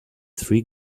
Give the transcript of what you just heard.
three